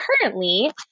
currently